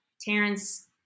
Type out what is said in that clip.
Terrence